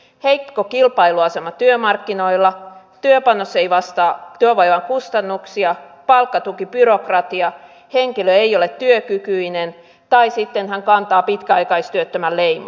heikko kilpailuasema työmarkkinoilla työpanos ei vastaa työvoiman kustannuksia palkkatukibyrokratia henkilö ei ole työkykyinen tai sitten hän kantaa pitkäaikaistyöttömän leimaa